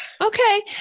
Okay